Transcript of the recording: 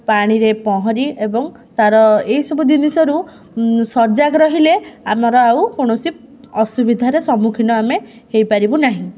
ପାଣିରେ ପହଁରି ଏବଂ ତା'ର ଏଇ ସବୁ ଜିନିଷରୁ ସଜାଗ ରହିଲେ ଆମର ଆଉ କୌଣସି ଅସୁବିଧାରେ ସମ୍ମୁଖୀନ ଆମେ ହେଇ ପାରିବୁ ନାହିଁ